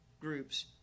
groups